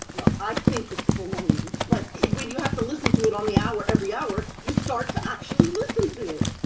i think it's baloney, but when you have to listen to it on the hour, every hour, you start to actually listen to it.